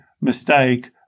mistake